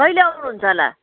कहिले आउनुहुन्छ होला